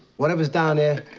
whatever's down there,